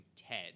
Ted